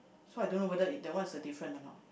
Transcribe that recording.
so I don't know whether it that one is a different or not